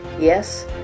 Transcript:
yes